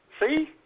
See